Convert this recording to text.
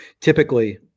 typically